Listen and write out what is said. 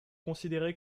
considéré